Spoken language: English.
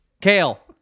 Kale